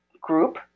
group